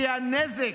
כי הנזק,